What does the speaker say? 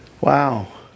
Wow